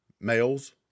males